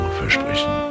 versprechen